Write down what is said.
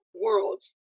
worlds